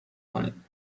کنید